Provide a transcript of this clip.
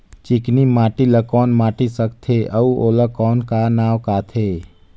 चिकनी माटी ला कौन माटी सकथे अउ ओला कौन का नाव काथे?